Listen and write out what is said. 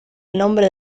nombre